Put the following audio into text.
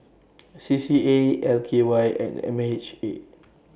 C C A L K Y and M H A